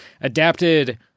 adapted